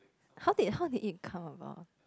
how did how did it come about